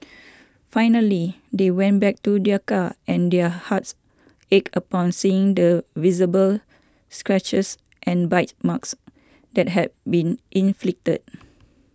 finally they went back to their car and their hearts ached upon seeing the visible scratches and bite marks that had been inflicted